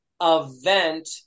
event